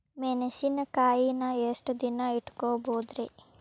ಮೆಣಸಿನಕಾಯಿನಾ ಎಷ್ಟ ದಿನ ಇಟ್ಕೋಬೊದ್ರೇ?